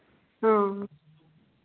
हां